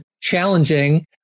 challenging